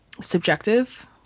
subjective